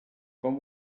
com